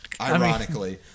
Ironically